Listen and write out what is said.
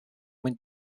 mwyn